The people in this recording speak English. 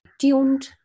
tuned